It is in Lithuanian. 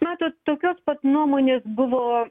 mat tokios pat nuomonės buvo